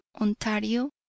Ontario